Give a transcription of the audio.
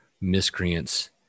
miscreants